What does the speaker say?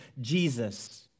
Jesus